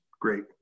Great